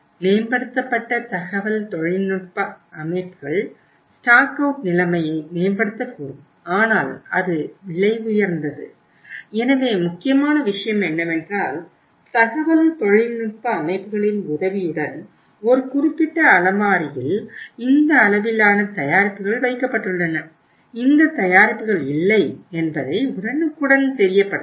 மேம்படுத்தப்பட்ட தகவல் தொழில்நுட்ப அமைப்புகள் ஸ்டாக் அவுட் நிலைமையை மேம்படுத்தக்கூடும் ஆனால் அது விலை உயர்ந்தது எனவே முக்கியமான விஷயம் என்னவென்றால் தகவல் தொழில்நுட்ப அமைப்புகளின் உதவியுடன் ஒரு குறிப்பிட்ட அலமாரியில் இந்த அளவிலான தயாரிப்புகள் வைக்கப்பட்டுள்ளன இந்த தயாரிப்பு இல்லை என்பதை உடனுக்குடன் தெரியப்படுத்தும்